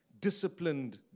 disciplined